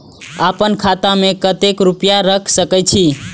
आपन खाता में केते रूपया रख सके छी?